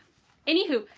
anyhoo,